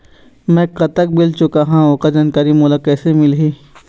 मैं कतक बिल चुकाहां ओकर जानकारी मोला कइसे मिलही?